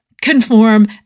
conform